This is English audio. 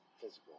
physical